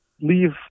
leave